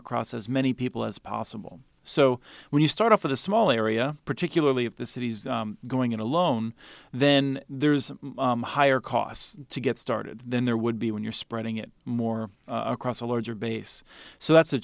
across as many people as possible so when you start off with a small area particularly if the city's going in alone then there's a higher cost to get started then there would be when you're spreading it more across a larger base so that's a